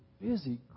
busy